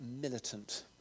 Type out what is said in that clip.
militant